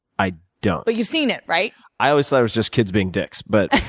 i don't. but you've seen it, right? i always thought it was just kids being dicks. but